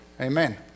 Amen